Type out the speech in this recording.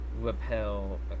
repel